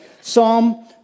Psalm